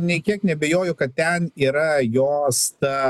nė kiek neabejoju kad ten yra jos ta